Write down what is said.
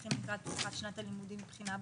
נערכים לקראת פתיחת שנת הלימודים מבחינה בריאותית.